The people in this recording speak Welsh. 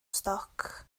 stoc